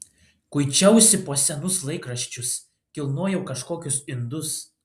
kuičiausi po senus laikraščius kilnojau kažkokius indus